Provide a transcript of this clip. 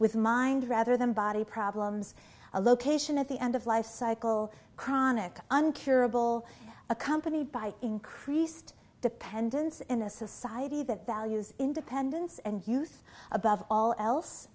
with mind rather than body problems a location at the end of life cycle chronic uncurable accompanied by increased dependence in a society that values independence and youth above all else